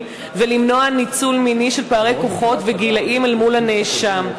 ולמנוע ניצול מיני במקרים של פערי כוחות וגילים אל מול הנאשם.